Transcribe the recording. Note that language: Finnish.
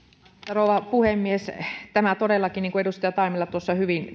rouva puhemies tämä todellakin niin kuin edustaja taimela tuossa hyvin